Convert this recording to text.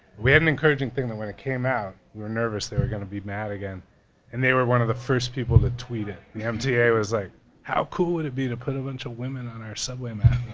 we had an encouraging thing that when it came out we were nervous they were gonna be mad again and they were one of the first people to tweet it. the mta was like how cool would it be to put a bunch of women on our subway map,